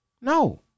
No